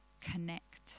connect